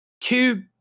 Two